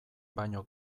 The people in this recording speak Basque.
baino